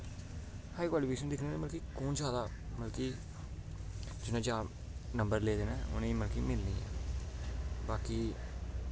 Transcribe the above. high qualification दिक्खनी मतलव कि कुन जादा मतलव कि जि'नें जादा नंबर लेदे नै उ'नें ई मतलव कि मिलनी ऐ बाकी